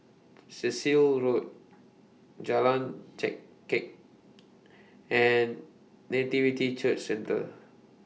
Cecil Road Jalan Chengkek and Nativity Church Centre